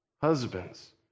Husbands